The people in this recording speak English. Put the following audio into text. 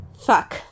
Fuck